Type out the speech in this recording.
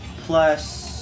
plus